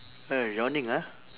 eh yawning ah